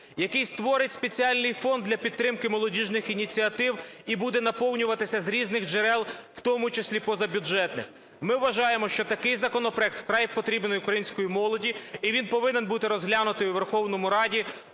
який створить спеціальний фонд для підтримки молодіжних ініціатив і буде наповнюватися з різних джерел, у тому числі позабюджетних. Ми вважаємо, що такий законопроект вкрай потрібний українській молоді і він повинен бути розглянутий у Верховній Раді